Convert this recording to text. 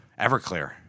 Everclear